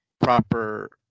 proper